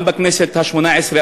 גם בכנסת השמונה-עשרה,